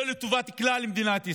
לא לטובת כלל מדינת ישראל.